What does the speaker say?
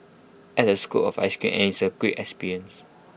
add A scoop of Ice Cream and it's A great experience